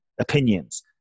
opinions